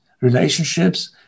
relationships